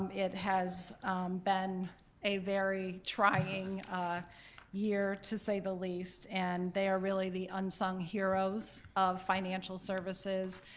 um it has been a very trying year to say the least, and they are really the unsung heroes of financial services,